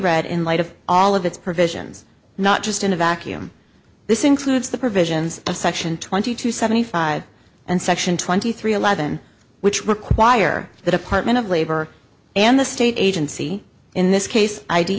read in light of all of its provisions not just in a vacuum this includes the provisions of section twenty two seventy five and section twenty three eleven which require the department of labor and the state agency in this case i d